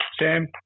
Sam